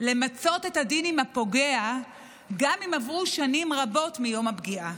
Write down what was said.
למצות את הדין עם הפוגע גם אם עברו שנים רבות מיום הפגיעה.